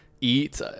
eat